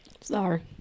sorry